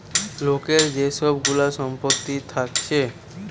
লোকের যে সব গুলা সম্পত্তি থাকছে